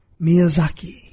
Miyazaki